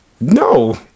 No